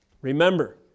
Remember